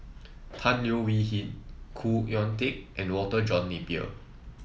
Tan Leo Wee Hin Khoo Oon Teik and Walter John Napier